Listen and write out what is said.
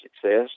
Success